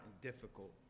difficult